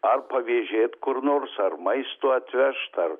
ar pavėžėt kur nors ar maisto atvežt ar